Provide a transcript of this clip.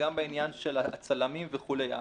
אלא כך גם בעניין הצלמים וכולי.